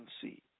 see